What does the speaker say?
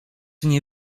nie